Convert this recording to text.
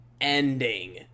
ending